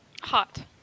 Hot